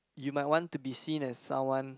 you might want to be seen as someone